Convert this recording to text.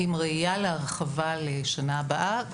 עם ראייה להרחבה לשנה הבאה.